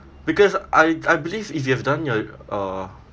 because I I believe if you have done your uh